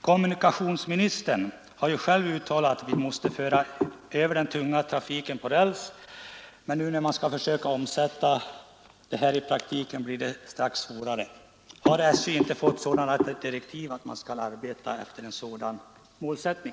Kommunikationsministern har ju själv uttalat att vi mera måste föra över den tunga trafiken på räls, men när man skall försöka omsätta det i praktiken blir det strax svårare. Har SJ inte fått direktiv om att arbeta med en sådan målsättning?